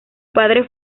padre